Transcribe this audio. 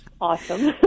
Awesome